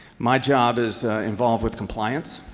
my job is involved with compliance,